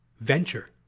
venture